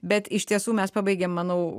bet iš tiesų mes pabaigėm manau